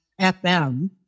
FM